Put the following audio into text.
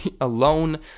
alone